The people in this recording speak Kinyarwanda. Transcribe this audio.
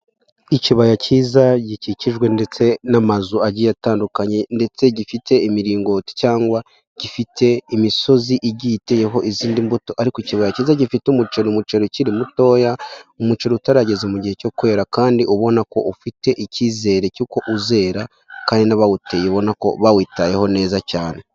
Ikibaya cyiza, gikikijwe ndetse n'amazu agiye atandukanye, ndetse gifite imiringoti cyangwa gifite imisozi igiye iteyeho izindi mbuto, ariko ikibaya kiza gifite umuceri, umuceri ukiri mutoya, umuceri utarageza mu gihe cyo kwera, kandi ubona ko ufite icyizere cy'uko uzera, kandi n'abawuteye, ubona ko bawitayeho neza cyane.